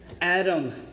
Adam